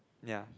ya